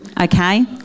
okay